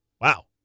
wow